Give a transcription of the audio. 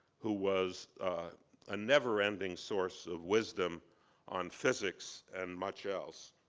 who was a never-ending source of wisdom on physics and much else.